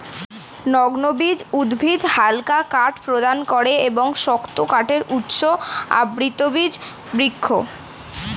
নগ্নবীজ উদ্ভিদ হালকা কাঠ প্রদান করে এবং শক্ত কাঠের উৎস আবৃতবীজ বৃক্ষ